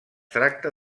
tracta